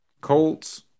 Colts